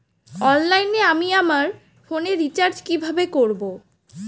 অনলাইনে আমি আমার ফোনে রিচার্জ কিভাবে করব?